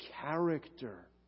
character